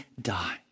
die